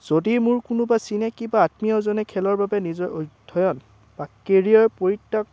যদি মোৰ কোনোবা চিনাকি বা কোনোবা আত্মীয়জনে খেলৰ বাবে নিজৰ অধ্যয়ন বা কেৰিয়াৰৰ পৰিত্যাগ